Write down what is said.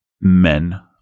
men